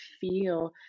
feel